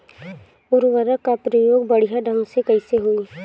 उर्वरक क प्रयोग बढ़िया ढंग से कईसे होई?